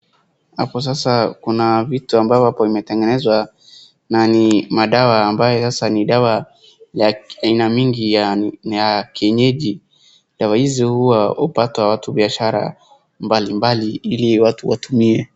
Hapo sasa kuna vitu ambayo hapo imetengenezwa na ni madawa ambaye sasa ni dawa ya aina mingi ya na kienyeji. Dawa hizo hua hupata watu biashara mbalimbali ili watu watumie.